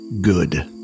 good